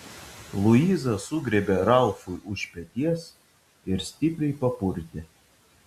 luiza sugriebė ralfui už peties ir stipriai papurtė